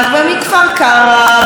ומכל מקום אחר,